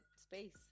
space